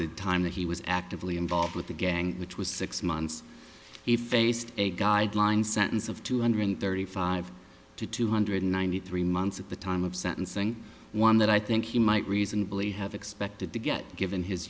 the time that he was actively involved with the gang which was six months he faced a guideline sentence of two hundred thirty five to two hundred ninety three months at the time of sentencing one that i think he might reasonably have expected to get given his